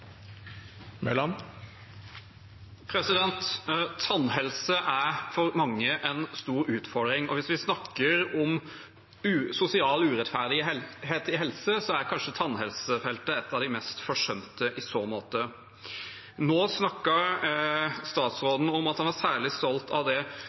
for mange en stor utfordring. Hvis vi snakker om sosial urettferdighet i helse, er kanskje tannhelsefeltet et av de mest forsømte i så måte. Nå snakket statsråden om at han er særlig stolt av det